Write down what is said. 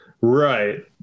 right